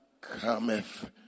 cometh